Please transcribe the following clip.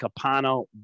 Capano